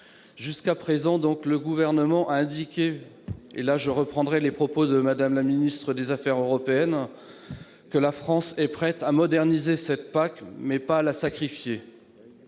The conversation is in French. Jusqu'à présent, le Gouvernement a toujours indiqué- je reprends les propos de la ministre des affaires européennes -que la France était prête à moderniser la PAC, mais pas à la sacrifier.